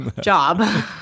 job